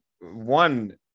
One